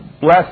bless